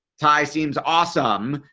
ty seems awesome.